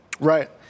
right